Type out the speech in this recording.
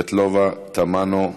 סבטלובה, תמנו.